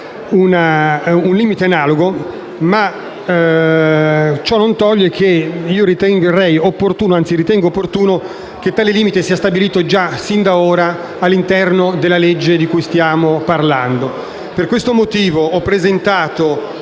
un limite analogo. Ciò non toglie che ritengo opportuno che tale limite sia stabilito sin da ora all'interno della legge di cui stiamo parlando. Per questo motivo ho presentato,